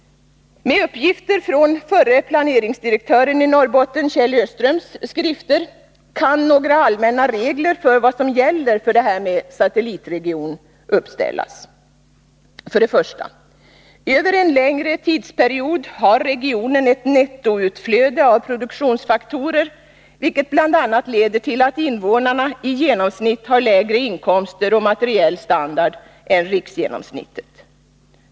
Med uppgifter från förre planeringsdirektören i Norrbotten Kjell Öströms skrifter, kan några allmänna regler för vad som gäller för en satellitregion uppställas. För det första: Över en längre tidsperiod har regionen ett nettoutflöde av produktionsfaktorer, vilket bl.a. leder till att invånarna i genomsnitt har lägre inkomster och materiell standard än riksgenomsnittet.